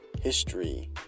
history